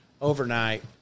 overnight